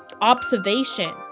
observation